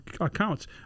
accounts